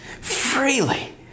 freely